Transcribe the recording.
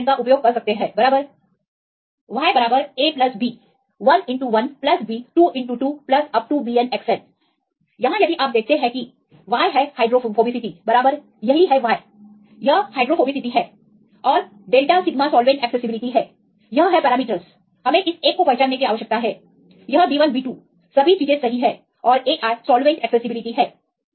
आप इस समीकरण का उपयोग कर सकते हैं बराबर y a b 1 x 1 b 2 x 2 up to bn xn यहाँ यदि आप देखते हैं कि y है हाइड्रोफोबिसिटी बराबर यहीं है Y यह हाइड्रोफोबिसिटी है और डेल्टा सिगमा सॉल्वेंट एक्सेसिबिलिटी है यह है पैरामीटरस हमें इस एक को पहचानने की आवश्यकता है यह b1 b2 सभी चीजें सही है और ai सॉल्वेंट एक्सेसिबिलिटी है